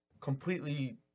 completely